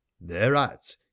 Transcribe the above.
thereat